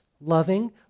loving